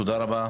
תודה רבה.